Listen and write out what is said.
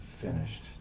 finished